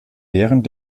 während